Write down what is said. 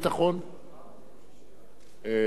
לדעתי, לא.